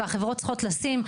והחברות צריכות לשים,